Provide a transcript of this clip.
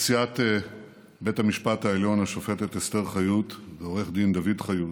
נשיאת בית המשפט העליון השופטת אסתר חיות ועו"ד דוד חיות,